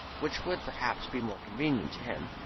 which would, perhaps, be more convenient to him.